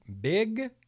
big